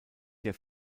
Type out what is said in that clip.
der